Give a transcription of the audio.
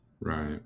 Right